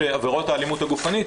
שעבירות האלימות הגופנית,